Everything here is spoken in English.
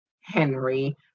Henry